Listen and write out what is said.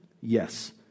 Yes